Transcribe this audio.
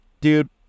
Dude